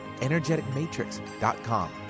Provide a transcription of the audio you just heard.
energeticmatrix.com